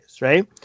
right